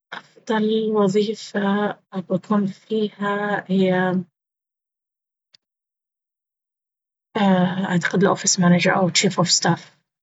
أفض وظيفة بكون فيها هي أعتقد الأوفيس مانجر أو جيف اوف ستاف.